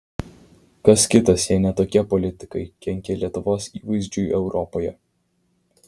kas kitas jei ne tokie politikai kenkia lietuvos įvaizdžiui europoje